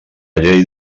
llei